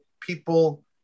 people